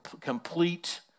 complete